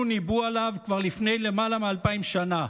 ניבאו עליו כבר לפני למעלה מאלפיים שנה.